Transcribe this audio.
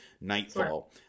Nightfall